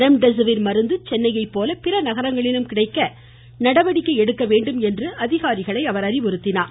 remdesivir மருந்து சென்னையை போல பிற நகரங்களிலும் கிடைக்க செய்ய நடவடிக்கை எடுக்க வேண்டும் என்று அதிகாரிகளை அவர் அறிவுறுத்தினார்